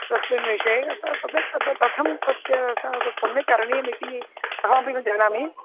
तस्मिन् विषये तत् तत् कथं तस्य तत् सम्यक् करणीयमिति अहमपि न जानामि